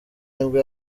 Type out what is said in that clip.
nibwo